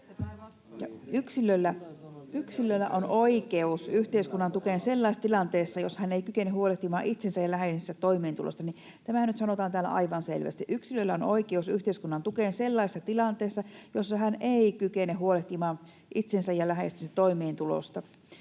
Yksilöllä on oikeus yhteiskunnan tukeen sellaisessa tilanteessa, jossa hän ei kykene huolehtimaan itsensä ja läheistensä toimeentulosta. Tämähän nyt sanotaan täällä aivan selvästi: ”Yksilöllä on oikeus yhteiskunnan tukeen sellaisessa tilanteessa, jossa hän ei kykene huolehtimaan itsensä ja läheistensä toimeentulosta.”